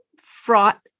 fraught